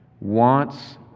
wants